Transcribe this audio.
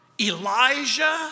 Elijah